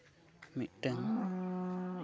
ᱢᱤᱫᱴᱟᱱ